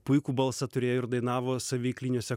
puikų balsą turėjo ir dainavo saviveikliniuose